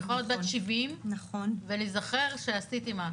אני יכולה להיות בת 70 ולהיזכר שעשיתי משהו.